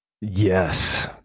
Yes